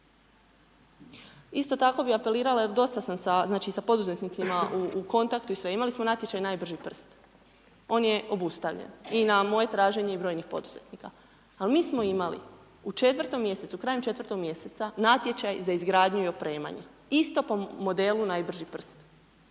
Isto tako bi apelirala jer dosta sam sa poduzetnicima u kontaktu i sve, imali smo natječaj najbrži prst. On je obustavljen i na moje traženje i brojnih poduzetnika. Ali mi smo imali u 4. mj., krajem 4. mj. natječaj za izgradnju i opremanje, isto po modelu najbrži prst.